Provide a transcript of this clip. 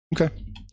Okay